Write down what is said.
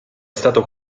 stato